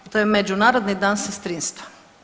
To je Međunarodni dan sestrinstva.